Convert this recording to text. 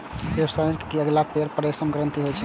वेबस्पिनरक अगिला पयर मे रेशम ग्रंथि होइ छै